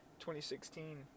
2016